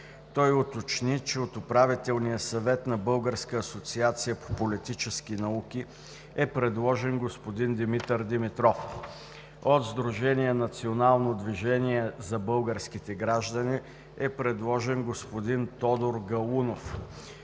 Той уточни, че от Управителния съвет на „Българска асоциация по политически науки“ е предложен господин Димитър Димитров. От сдружение „Национално движение за българските граждани“ е предложен господин Тодор Галунов,